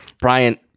Brian